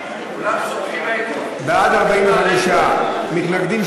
את העניינים עלות שכר העובדים וסיום העסקתם של